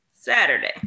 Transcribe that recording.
Saturday